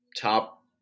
top